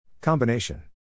Combination